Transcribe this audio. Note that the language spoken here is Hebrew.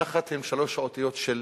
נח"ת הן שלוש האותיות של: